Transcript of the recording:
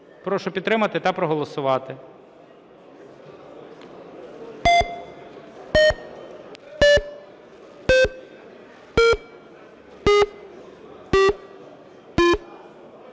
Прошу підтримати та проголосувати.